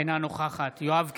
אינה נוכחת יואב קיש,